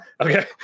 okay